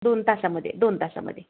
दोन तासामध्ये दोन तासामध्ये